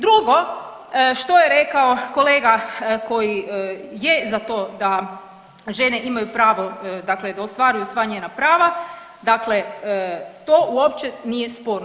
Drugo što je rekao kolega koji je za to da žene imaju pravo, dakle da ostvaruju sva njena prava, dakle to uopće nije sporno.